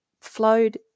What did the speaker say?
flowed